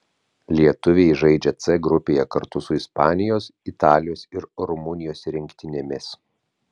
lietuviai žaidžia c grupėje kartu su ispanijos italijos ir rumunijos rinktinėmis